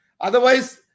Otherwise